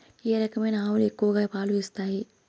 ఏ రకమైన ఆవులు ఎక్కువగా పాలు ఇస్తాయి?